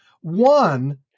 One